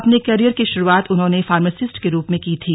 अपने कैरियर की शुरुआत उन्होंने फार्मासिस्ट के रूप में की थी